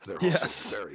yes